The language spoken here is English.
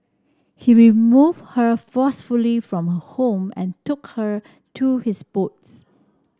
he removed her forcefully from home and took her to his boats